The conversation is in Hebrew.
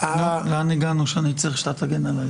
לאן הגענו שאני צריך שאתה תגן עלי.